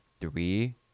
Three